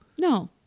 No